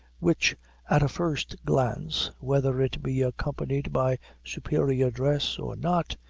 which at a first glance, whether it be accompanied by superior dress or not,